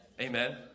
Amen